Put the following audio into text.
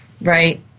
right